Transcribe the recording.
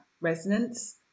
resonance